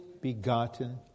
begotten